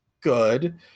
good